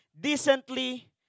decently